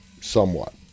somewhat